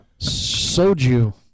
Soju